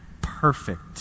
perfect